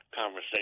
conversation